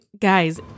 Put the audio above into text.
guys